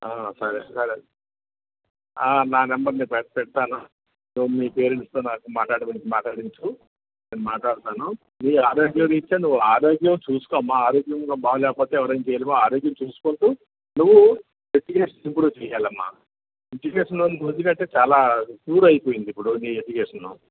ఆ సరే సరే ఆ నా నంబర్ నీకు పెడ్ పెడతాను నువ్వు మీ పేరెంట్స్ తో నాతో మాట్లాడమని మాట్లాడించు నేను మాట్లాడతాను నీ ఆరోగ్యరీత్యా నువ్వు ఆరోగ్యం చూసుకోమ్మా ఆరోగ్యంగా బాగాలేకపోతే ఎవరేం చేయరు ఆరోగ్యం చూసుకుంటూ నువ్వు ఎడ్యుకేషన్ కూడా చేయాలమ్మా ఎడ్యుకేషన్ లో నీకు ఎందుకంటే చాలా పూర్ అయిపోయింది నీ ఎడ్యుకేషను